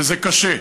וזה קשה,